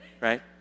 Right